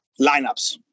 lineups